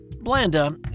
Blanda